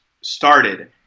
started